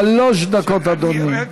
שלוש דקות, אדוני.